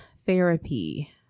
therapy